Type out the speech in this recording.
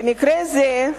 במקרה זה,